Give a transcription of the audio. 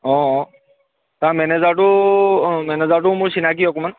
অঁ তাৰ মেনেজাৰটো মেনেজাৰটোও মোৰ চিনাকি অকণমান